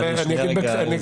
אני אסביר בקצרה.